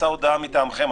יצאה הודעה מטעמכם.